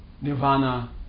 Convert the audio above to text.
Nirvana